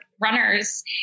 runners